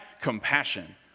compassion